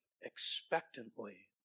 expectantly